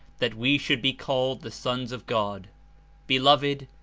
that we should be called the sons of god be loved,